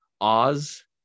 Oz